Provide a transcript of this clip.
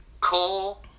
cool